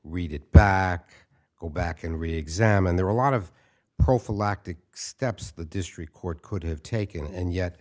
read it back go back and reexamine there are a lot of prophylactic steps the district court could have taken and